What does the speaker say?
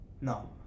No